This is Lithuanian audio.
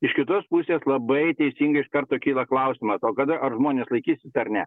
iš kitos pusės labai teisingi iš karto kyla klausimas o kada ar žmonės laikysis ar ne